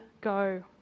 Go